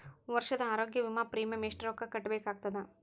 ವರ್ಷದ ಆರೋಗ್ಯ ವಿಮಾ ಪ್ರೀಮಿಯಂ ಎಷ್ಟ ರೊಕ್ಕ ಕಟ್ಟಬೇಕಾಗತದ?